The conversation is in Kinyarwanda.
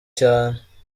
cyane